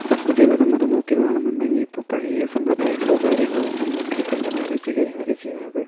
ഇപ്പോൾ പുതിയ തലമുറ നോക്കിയാണെന്നുണ്ടെങ്കിൽ ഇപ്പോൾ പഴയ സമ്പ്രദായങ്ങളോ കാര്യങ്ങളോ ഒന്നും നോക്കിയിട്ടല്ല മാരേജ് കാര്യങ്ങളൊക്കെ ചെയ്യുന്നത്